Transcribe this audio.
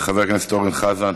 חבר הכנסת אורן חזן,